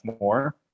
more